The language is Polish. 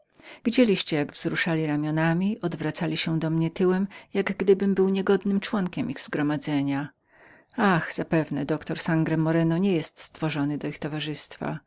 widzieliście jak wzruszali ramionami odwracali się do mnie tyłem jak gdybym był niegodnym członkiem ich zgromadzenia ach zapewne doktor sangro moreno nie jest stworzonym do ich towarzystwa